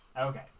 Okay